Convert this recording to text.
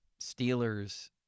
Steelers –